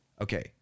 okay